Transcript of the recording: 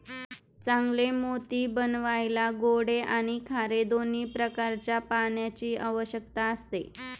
चांगले मोती बनवायला गोडे आणि खारे दोन्ही प्रकारच्या पाण्याची आवश्यकता असते